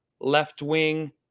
left-wing